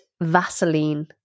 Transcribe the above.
Vaseline